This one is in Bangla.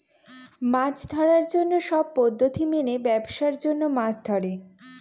মাছ ধরার জন্য সব পদ্ধতি মেনে ব্যাবসার জন্য মাছ ধরে